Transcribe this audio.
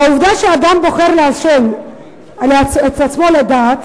העובדה שאדם בוחר לעשן את עצמו לדעת